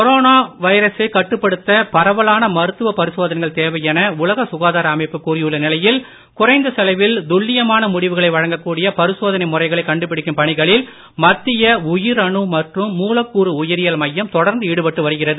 corona வைரசைக் கட்டுப்படுத்த பரவலான மருத்துவ பரிசோதனைகள் தேவை என உலக சுகாதார அமைப்பு கூறியுள்ள நிலையில் குறைந்த செலவில் துல்லியமான முடிவுகளை வழங்கக் கூடிய பரிசோதனை முறைகளை கண்டுபிடிக்கும் பணிகளில் மத்திய உயிரணு மற்றும் மூலக்கூறு உயிரியல் மையம் தொடர்ந்து ஈடுபட்டு வருகிறது